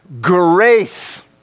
grace